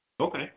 Okay